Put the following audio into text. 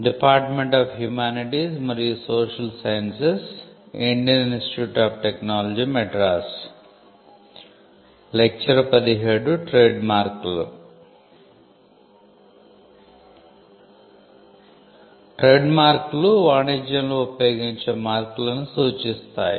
ట్రేడ్మార్క్లు వాణిజ్యంలో ఉపయోగించే మార్కులను సూచిస్తాయి